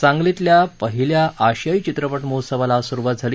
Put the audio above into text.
सांगलीतल्या पहिल्या आशियाई चित्रपट महोत्सवाला आज सुरुवात झाली